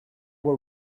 were